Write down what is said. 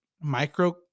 micro